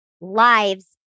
lives